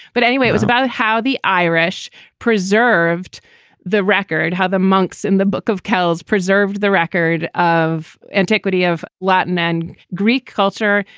but anyway, it was about how the irish preserved the record, how the monks in the book of kells preserved the record of antiquity of latin and greek culture,